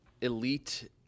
elite